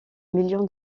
million